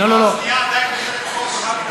עם האוזנייה עדיין בחדר כושר.